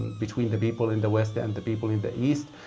between the people in the west and the people in the east.